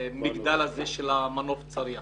המגדל של מנוף צריח.